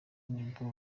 nibwo